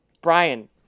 Brian